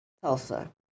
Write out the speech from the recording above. Tulsa